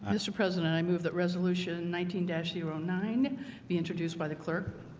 mr. president i moved that resolution nineteen zero nine b introduced by the clerk